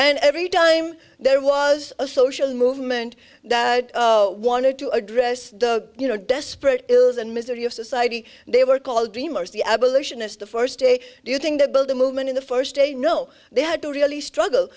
and every time there was a social movement that wanted to address the you know desperate ills and misery of society they were called dreamers the abolitionists the first day do you think that build a movement in the first day no they had to really struggle